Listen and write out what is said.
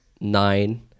nine